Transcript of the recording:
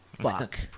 fuck